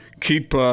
Keep